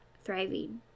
thriving